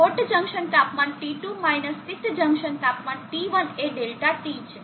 hot junction તાપમાન T2 minus શીત junction તાપમાન T1 એ Δt છે